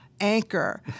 anchor